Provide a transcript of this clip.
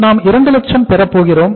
நாம் 2 லட்சம் பெறப்போகிறோம்